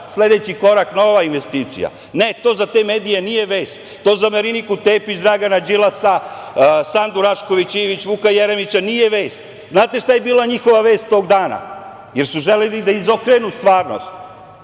sledeći korak nova investicija, ne, to za te medije nije vest, to za Mariniku Tepić, Dragana Đilasa, Sandu Rašković Ivić, Vuka Jeremića nije vest. Znate šta je bila njihova vest, tog dana, jer su želeli da izokrenu stvarnost?